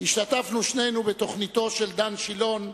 השתתפנו שנינו בתוכניתו של דן שילון,